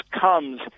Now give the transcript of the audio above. comes